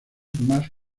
más